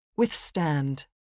withstand